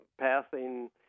passing